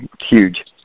huge